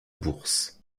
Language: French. bourse